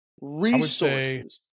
resources